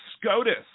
SCOTUS